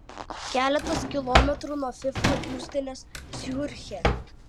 keletas kilometrų nuo fifa būstinės ciuriche